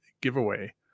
giveaway